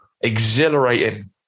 exhilarating